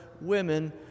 women